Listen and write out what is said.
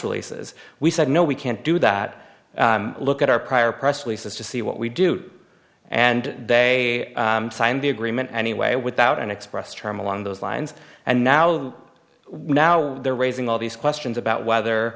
releases we said no we can't do that look at our prior press releases to see what we do and they signed the agreement anyway without an express train along those lines and now now we they're raising all these questions about whether